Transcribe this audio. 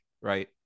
right